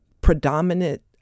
predominant